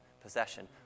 possession